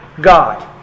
God